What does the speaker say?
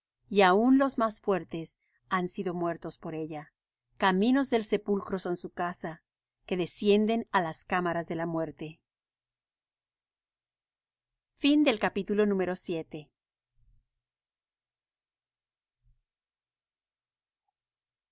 y aun los más fuertes han sido muertos por ella caminos del sepulcro son su casa que descienden á las cámaras de la muerte